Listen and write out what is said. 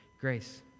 grace